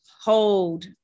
Hold